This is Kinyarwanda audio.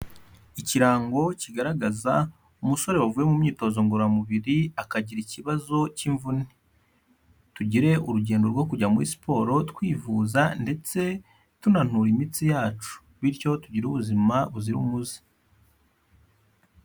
Ikirango kigaragaza umusore wavuye mu myitozo ngororamubiri, akagira ikibazo cy'imvune, tugire urugendo rwo kujya muri siporo twivuza ndetse tunanura imitsi yacu bityo tugire ubuzima buzira umuze.